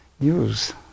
use